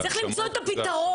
צריך למצוא את הפתרון.